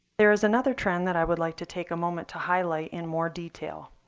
there is another trend that i would like to take a moment to highlight in more detail.